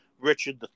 Richard